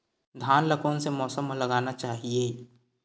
धान ल कोन से मौसम म लगाना चहिए?